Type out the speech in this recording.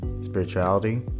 spirituality